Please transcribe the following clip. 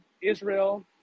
Israel